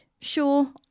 Sure